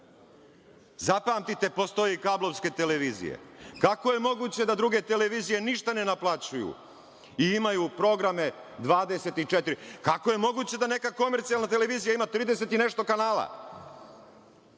Zapamtite, postoje i kablovske televizije. Kako je moguće da druge televizije ništa ne naplaćuju i imaju programe 24, kako je moguće da neka komercijalna televizija ima trideset i nešto kanala?